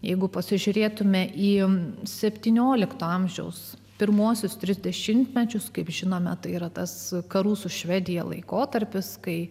jeigu pasižiūrėtumėme į jiems septyniolikto amžiaus pirmuosius tris dešimtmečius kaip žinome yra tas karų su švedija laikotarpis kai